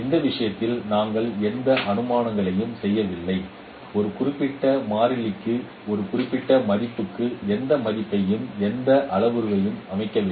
இந்த விஷயத்தில் நாங்கள் எந்த அனுமானங்களையும் செய்யவில்லை ஒரு குறிப்பிட்ட மாறிலிக்கு ஒரு குறிப்பிட்ட மதிப்புக்கு எந்த மதிப்பையும் எந்த அளவுருவையும் அமைக்கவில்லை